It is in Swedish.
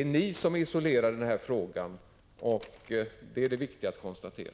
är ni som är isolerade i den här frågan. Det är det viktiga att konstatera.